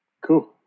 Cool